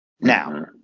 now